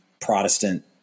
Protestant